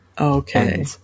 okay